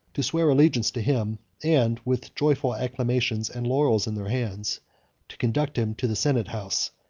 to swear allegiance to him, and with joyful acclamations and laurels in their hands to conduct him to the senate house,